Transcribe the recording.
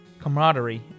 camaraderie